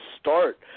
start